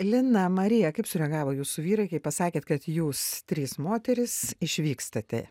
lina marija kaip sureagavo jūsų vyrai kai pasakėt kad jūs trys moterys išvykstate